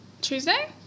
tuesday